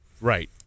Right